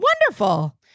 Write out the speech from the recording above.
Wonderful